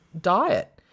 diet